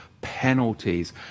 penalties